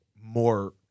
more